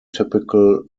typical